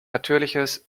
natürliches